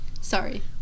Sorry